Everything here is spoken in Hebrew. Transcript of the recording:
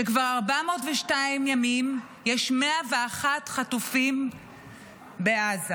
שכבר 402 ימים יש 101 חטופים בעזה.